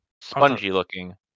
Spongy-looking